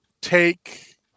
take